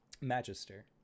Magister